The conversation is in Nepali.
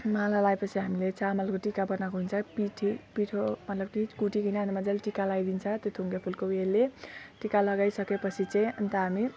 माला लगाए पछि हामीले चामलको टिका बनाएको हुन्छ पिठी पिठो मतलब कि कुटीकन अन्त मजाले टिका लगाइदिन्छ त्यो थुङ्गे फुलको उयोले टिका लगाइसके पछि चाहिँ अन्त हामी